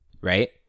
right